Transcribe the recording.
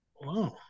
Wow